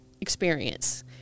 experience